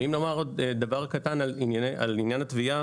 ואם נאמר עוד דבר קטן על עניין הטביעה,